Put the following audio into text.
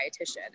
dietitian